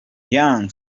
young